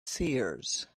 seers